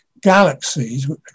galaxies